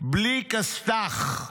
בלי כסת"ח.